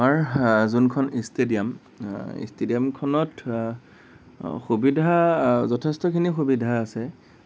আমাৰ যোনখন ইষ্টেডিয়াম ইষ্টেডিয়ামখনত সুবিধা যথেষ্টখিনি সুবিধা আছে